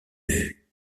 vues